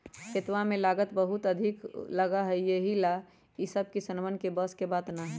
खेतवा में लागत बहुत अधिक लगा हई यही ला ई सब किसनवन के बस के बात ना हई